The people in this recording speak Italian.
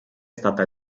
stata